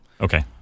Okay